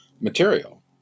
material